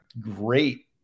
great